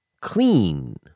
clean